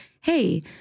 Hey